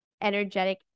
energetic